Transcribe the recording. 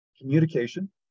communication